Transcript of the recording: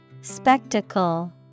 Spectacle